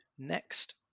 Next